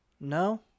No